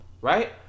right